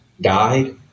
died